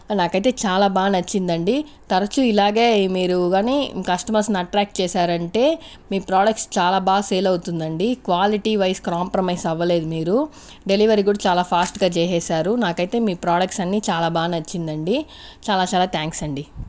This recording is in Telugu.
నాకైతే చాలా బాగా నచ్చిందండి తరచూ ఇలాగే మీరు కానీ కస్టమర్స్ని అట్ట్రాక్ట్ చేశారంటే మీ ప్రొడక్ట్స్ చాలా బాగా సేల్ అవుతుందండి క్వాలిటీ వైస్ కాంప్రమైజ్ అవ్వలేదు మీరు డెలివరీ కూడా చాలా ఫాస్ట్గా చేసేశారు నాకైతే మీ ప్రొడక్ట్స్ అన్ని చాలా బాగా నచ్చిందండి చాలా చాలా థ్యాంక్స్ అండి